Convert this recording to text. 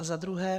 Za druhé.